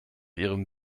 ihrem